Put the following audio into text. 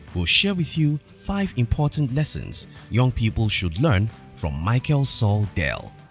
we'll share with you five important lessons young people should learn from michael saul dell.